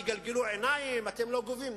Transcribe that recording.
יגלגלו עיניים ויגידו: אתם לא גובים.